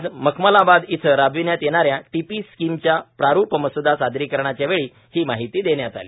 आज मखमलाबाद येथे राबविण्यात येणाऱ्या टीपी स्कीमच्या प्रारूप मस्दा सादरकीणाच्या वेळी ही माहिती देण्यात आली